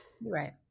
Right